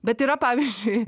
bet yra pavyzdžiui